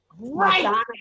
Right